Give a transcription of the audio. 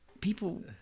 People